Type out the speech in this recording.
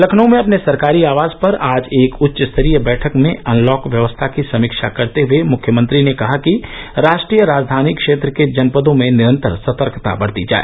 लखनऊ में अपने सरकारी आवास पर आज एक उच्च स्तरीय बैठक में अनलॉक व्यवस्था की समीक्षा करते हुए मुख्यमंत्री ने कहा कि राष्ट्रीय राजधानी क्षेत्र के जनपदों में निरंतर सतर्कता बरती जाए